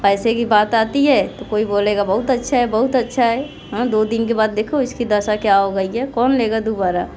पैसे की बात आती है तो कोई बोलेगा बहुत अच्छा है बहुत अच्छा है हाँ दो दिन के बाद देखो इसकी दशा क्या हो गई है कौन लेगा दोबारा